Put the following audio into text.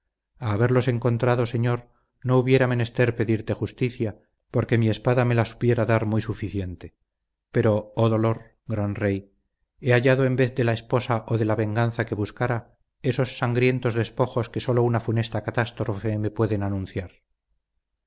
a haberlos encontrado señor no hubiera menester pedirte justicia porque mi espada me la supiera dar muy suficiente pero oh dolor gran rey he hallado en vez de la esposa o de la venganza que buscara esos sangrientos despojos que sólo una funesta catástrofe me pueden anunciar